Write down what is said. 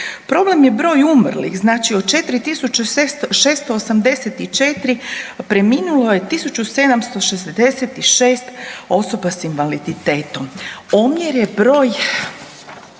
Problem je broj umrlih znači od 4.684 preminulo je 1.766 osoba s invaliditetom. Omjer je broj